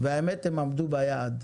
והאמת היא שהם עמדו ביעד.